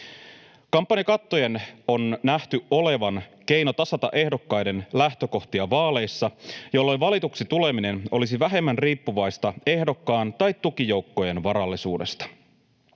Kampanjakattojen on nähty olevan keino tasata ehdokkaiden lähtökohtia vaaleissa, jolloin valituksi tuleminen olisi vähemmän riippuvaista ehdokkaan tai tukijoukkojen varallisuudesta.